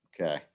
Okay